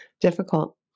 difficult